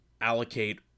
allocate